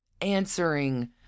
Answering